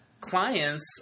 clients